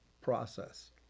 process